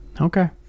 Okay